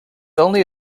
only